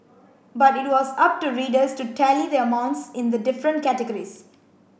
but it was up to readers to tally the amounts in the different categories